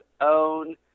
own